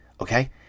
okay